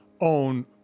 own